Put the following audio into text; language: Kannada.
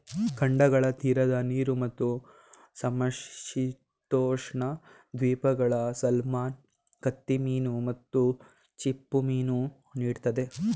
ಖಂಡಗಳ ತೀರದ ನೀರು ಮತ್ತು ಸಮಶೀತೋಷ್ಣ ದ್ವೀಪಗಳು ಸಾಲ್ಮನ್ ಕತ್ತಿಮೀನು ಮತ್ತು ಚಿಪ್ಪುಮೀನನ್ನು ನೀಡ್ತದೆ